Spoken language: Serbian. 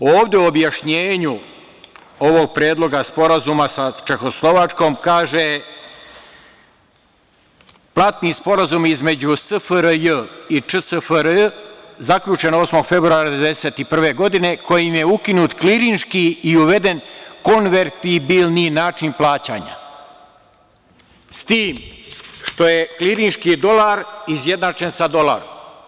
Ovde u objašnjenju ovog Predloga Sporazuma sa Čehoslovačkom kaže – platni Sporazum između SFRJ i ČSFRJ zaključen 8. februara 1991. godine, kojim je ukinut klirinški i uveden konvertibilni način plaćanja, s tim što je klirinški dolar izjednačen sa dolarom.